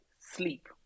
sleep